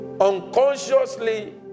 unconsciously